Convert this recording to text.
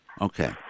Okay